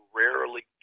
rarely